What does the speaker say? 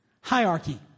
Hierarchy